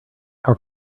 our